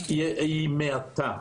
הקלינית מעטה.